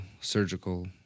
surgical